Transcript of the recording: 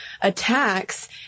attacks